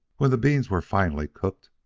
when the beans were finally cooked,